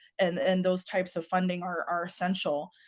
and and those types of funding are are essential.